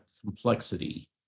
complexity